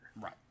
right